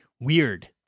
Weird